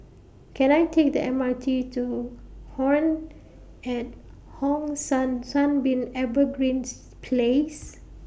Can I Take The M R T to Home At Hong San Sunbeam Evergreen's Place